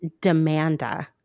demanda